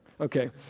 Okay